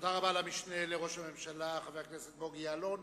תודה רבה למשנה לראש הממשלה, השר בוגי יעלון.